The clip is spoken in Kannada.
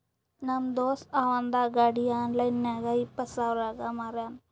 ನಮ್ ದೋಸ್ತ ಅವಂದ್ ಗಾಡಿ ಆನ್ಲೈನ್ ನಾಗ್ ಇಪ್ಪತ್ ಸಾವಿರಗ್ ಮಾರ್ಯಾನ್